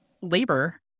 labor